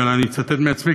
אני מצטט מעצמי,